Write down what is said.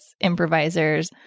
improvisers